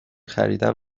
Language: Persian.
خریدن